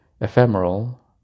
ephemeral